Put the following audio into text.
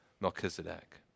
Melchizedek